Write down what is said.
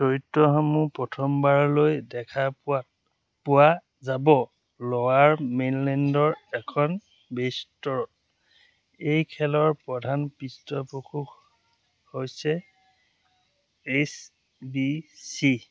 চৰিত্ৰসমূহ প্ৰথমবাৰলৈ দেখা পোৱা পোৱা যাব ল'ৱাৰ মেইনলেণ্ডৰ এখন বেষ্টৰ এই খেলৰ প্ৰধান পৃষ্ঠপোষক হৈছে এইচ বি চি